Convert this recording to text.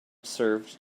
served